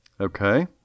Okay